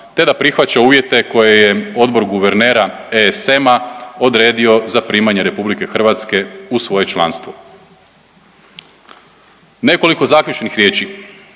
te da prihvaća uvjete koje je Odbor guvernera ESM-a odredio za primanje RH u svoje članstvo. Nekoliko zaključnih riječi,